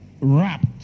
wrapped